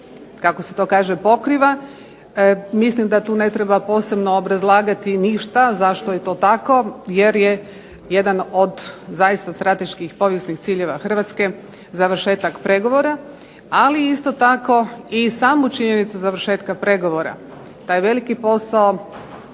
kako se to kaže pokriva. Mislim da tu ne treba posebno obrazlagati ništa zašto je to tako jer je jedan od zaista strateških i povijesnih ciljeva Hrvatske završetak pregovora, ali isto tako i samu činjenicu završetka pregovora, taj veliki posao